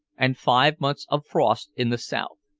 and five months of frost in the south.